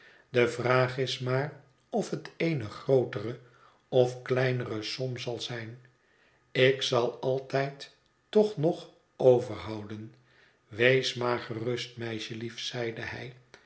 de vraag is maar of het eene grootere of kleinere som zal zijn ik zal altijd toch nog overhouden wees maar gerust meisjelief zeide hij